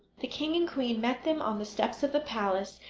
the king and queen met them on the steps of the palace,